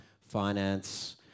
finance